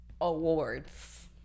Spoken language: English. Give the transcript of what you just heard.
awards